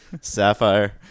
Sapphire